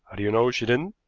do you know she didn't?